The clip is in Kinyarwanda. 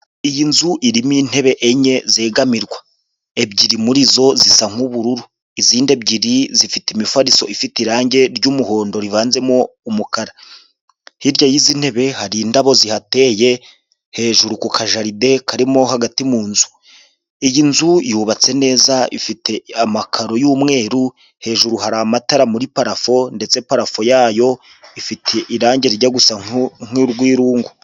Iyi nzu irimo intebe enye zegamirwa, ebyiri muri zo zisa nk'ubururu izindi ebyiri zifite imifariso ifite irangi ry'umuhondo rivanzemo umukara. Hirya y'izi ntebe hari indabo zihateye hejuru ku kajaride karimo hagati mu nzu iyi nzu yubatse neza ifite amakaro y'umweru hejuru hari amatara muri parafu ndetse parafo yayo ifite irangi rijya gusa nk'urwirungu.